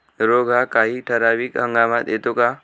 रोग हा काही ठराविक हंगामात येतो का?